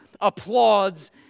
applauds